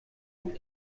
auf